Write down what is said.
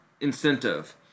incentive